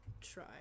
try